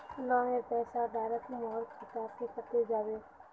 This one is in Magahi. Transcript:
लोनेर पैसा डायरक मोर खाता से कते जाबे?